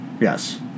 Yes